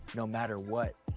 no matter what,